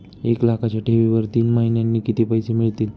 एक लाखाच्या ठेवीवर तीन महिन्यांनी किती पैसे मिळतील?